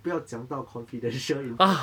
不要讲到 confidential info